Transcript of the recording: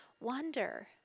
wonder